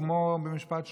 כמו במשפט שלמה.